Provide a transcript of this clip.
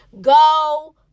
Go